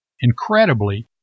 Incredibly